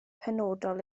penodol